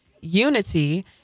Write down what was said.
Unity